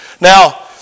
Now